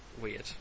weird